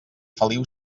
feliu